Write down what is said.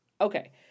Okay